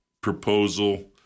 proposal